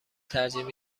ترجیح